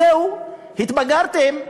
זהו, התבגרתם.